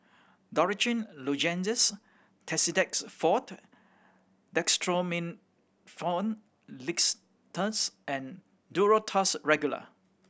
Dorithricin Lozenges Tussidex Forte Dextromethorphan Linctus and Duro Tuss Regular